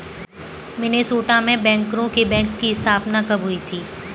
Minnesota में बैंकरों के बैंक की स्थापना कब हुई थी?